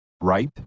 Right